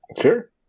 Sure